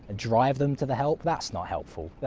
ah drive them to the help? that's not helpful.